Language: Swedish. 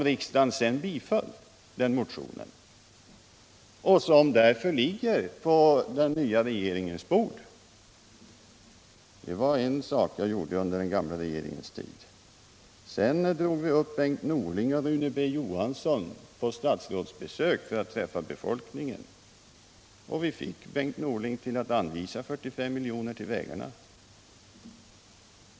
Riksdagen biföll den motionen, och den ligger därför nu på den nya regeringens bord. Det var en del av de saker jag gjorde under den förra regeringens tid. Vi inbjöd också Bengt Norling och Rune B. Johansson till statsrådsbesök i Vindelådalen, så att de fick träffa befolkningen där. Efter detta fick vi Bengt Norling att anvisa 45 miljoner till vägarna.